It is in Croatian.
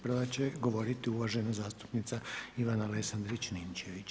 Prva će govoriti uvažena zastupnica Ivana Lesandrić-Ninčević.